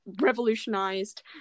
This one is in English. revolutionized